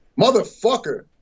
Motherfucker